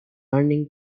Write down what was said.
running